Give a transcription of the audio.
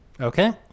Okay